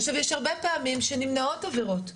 עכשיו, יש הרבה פעמים שנמנעות עבירות.